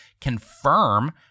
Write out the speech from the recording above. confirm